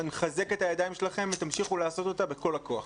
אני מחזק את ידיכם ותמשיכו לעשות אותה בכל הכוח,